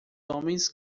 homens